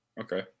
okay